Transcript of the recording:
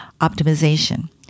optimization